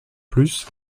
plus